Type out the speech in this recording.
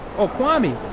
oh kwami?